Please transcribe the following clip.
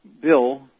bill